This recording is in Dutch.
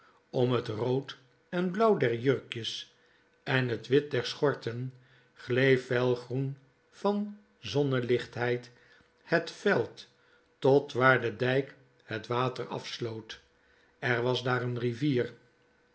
om t rood en blauw der jurkjes en t wit der schorten glee felgroen van zonnelichtheid het veld tot waar de dijk het water afsloot er was daar een rivier